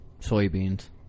soybeans